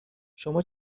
شما